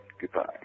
Goodbye